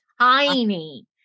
tiny